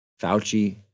Fauci